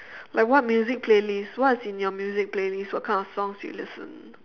like what music playlist what's in your music playlist what kind of songs do you listen